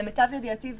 למיטב ידיעתי,